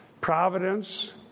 providence